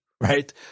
right